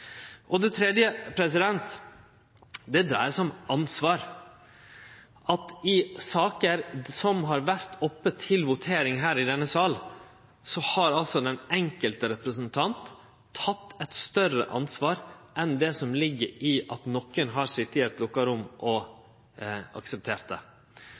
Det tredje dreier seg om ansvar. I saker som har vore oppe til votering her i denne salen, har den enkelte representanten teke eit større ansvar enn det som ligg i at nokon har sete i eit lukka rom og akseptert det.